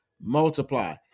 multiply